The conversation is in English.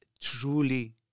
truly